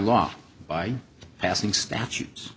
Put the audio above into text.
law by passing statues